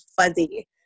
fuzzy